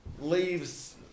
Leaves